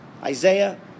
Isaiah